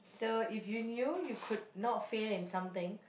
so if you knew you could not fail in something